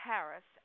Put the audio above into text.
Paris